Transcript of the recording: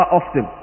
often